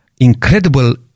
Incredible